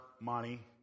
money